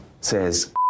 says